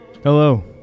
Hello